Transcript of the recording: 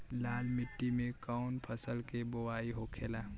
लाल मिट्टी में कौन फसल के बोवाई होखेला?